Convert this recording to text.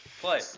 Play